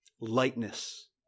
Lightness